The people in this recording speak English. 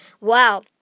wow